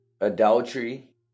adultery